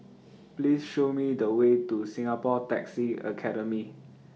Please Show Me The Way to Singapore Taxi Academy